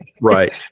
right